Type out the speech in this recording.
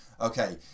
Okay